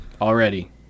already